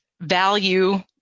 value